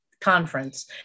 conference